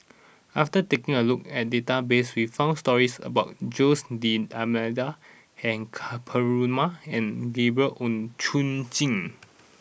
after taking a look at the database we found stories about Jose D'almeida Ka Perumal and Gabriel Oon Chong Jin